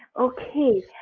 Okay